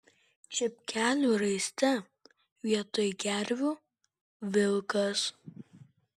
čepkelių raiste vietoj gervių vilkas